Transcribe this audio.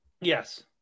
Yes